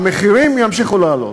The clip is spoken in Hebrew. המחירים ימשיכו לעלות.